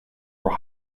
were